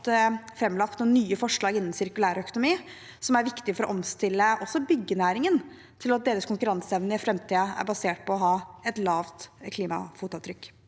framlagt noen nye forslag innen sirkulær økonomi, som er viktig for å omstille også byggenæringen til at deres konkurranseevne i framtiden er basert på å ha et lavt klimafotavtrykk.